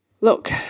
Look